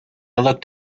looked